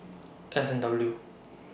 S and W